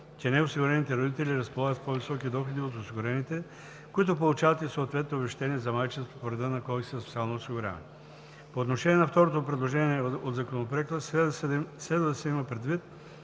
че неосигурените родители разполагат с по-високи доходи от осигурените, които получават и съответните обезщетения за майчинство по реда на Кодекса за социално осигуряване. По отношение на второто предложение от Законопроекта – следва да се има предвид